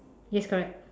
yes correct